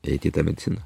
eit į tą mediciną